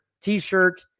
T-shirt